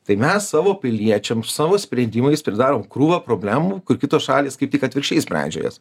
tai mes savo piliečiam savo sprendimais pridarom krūvą problemų kur kitos šalys kaip tik atvirkščiai sprendžia jas